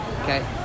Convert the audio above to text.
Okay